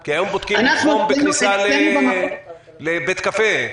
כי היום בודקים חום גם בכניסה לבית קפה,